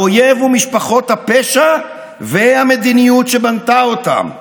האויב הוא משפחות הפשע והמדיניות שבנתה אותן,